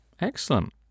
excellent